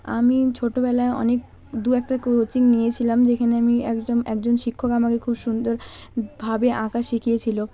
আমি ছোটোবেলায় অনেক দু একটা কোচিং নিয়েছিলাম যেখানে আমি একজন একজন শিক্ষক আমাকে খুব সুন্দর ভাবে আঁকা শিখিয়েছিলো